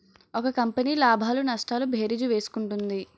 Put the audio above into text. ఒక కంపెనీ లాభాలు నష్టాలు భేరీజు వేసుకుంటుంది